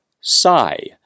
Sigh